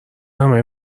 همهی